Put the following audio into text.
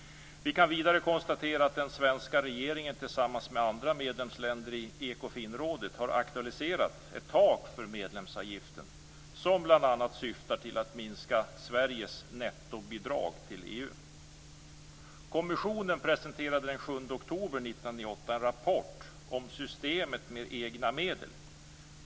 Vi kan vidare konstatera att den svenska regeringen tillsammans med andra medlemsländer i Ekofinrådet har aktualiserat ett tak för medlemsavgiften som bl.a. syftar till att minska Sveriges nettobidrag till en rapport om systemet med egna medel.